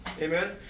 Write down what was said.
Amen